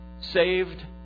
saved